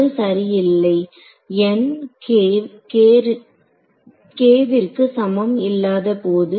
அது சரி இல்லை ற்கு சமம் இல்லாதபோது